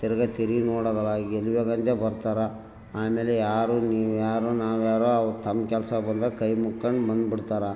ತಿರ್ಗ ತಿರ್ಗಿ ನೋಡೋದದಾಗಿ ಎಲ್ಲಿ ಹೋದ ಅಲ್ಲೇ ಬರ್ತಾರೆ ಆಮೇಲೆ ಯಾರು ನೀವ್ಯಾರು ನಾವ್ಯಾರೋ ಅವ್ರು ತಮ್ಮ ಕೆಲಸ ಬಂದಾಗ ಕೈ ಮುಕ್ಕಂಡು ಬಂದ್ಬಿಡ್ತಾರ